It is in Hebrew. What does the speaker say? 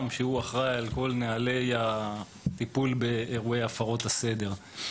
ניתן לשלוט באורך הזמן של אותה השפעה?